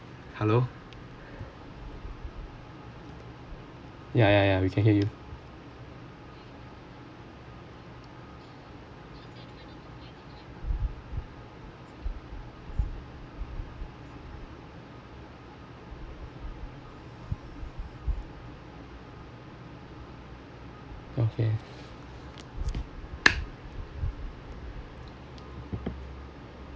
hello yeah yeah yeah we can hear you okay